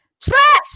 Trash